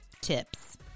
tips